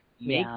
Make